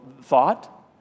thought